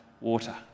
water